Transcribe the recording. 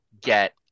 get